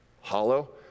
hollow